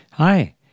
Hi